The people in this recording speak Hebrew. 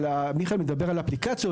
מיכאל מדבר על אפליקציות,